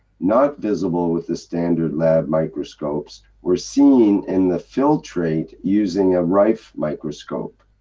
not visible with the standard lab microscopes were seen in the filtrate using a rife microscope.